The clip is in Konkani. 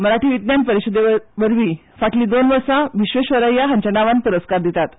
मराठी विज्ञान परिशदे वतीन फाटलीं दोन वर्सा विश्वेशरय्या हांच्या नांवान पुरस्कार दितात